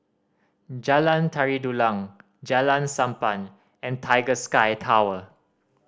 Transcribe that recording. Jalan Tari Dulang Jalan Sappan and Tiger Sky Tower